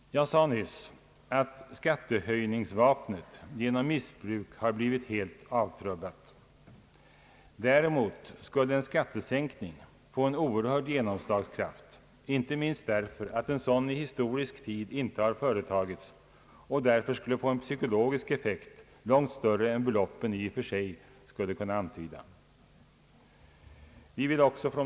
Jag sade nyss att skattehöjningsvapnet genom missbruk har blivit helt avtrubbat. Däremot skulle en skattesänkning få en oerhörd genomslagskraft, inte minst därför att en sådan i historisk tid inte har företagits och därför skulle få en psykologisk effekt långt större än beloppen i sig skulle kunna antyda.